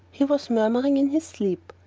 he was murmuring in his sleep.